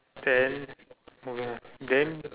then move on then